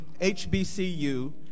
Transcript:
HBCU